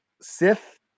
sith